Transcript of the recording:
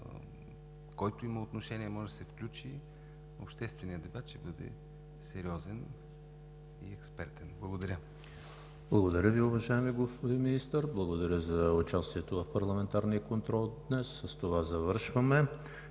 Който има отношение, може да се включи. Общественият дебат ще бъде сериозен и експертен. Благодаря. ПРЕДСЕДАТЕЛ ЕМИЛ ХРИСТОВ: Благодаря Ви, уважаеми господин Министър. Благодаря за участието Ви в парламентарния контрол днес. С това завършваме.